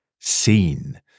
seen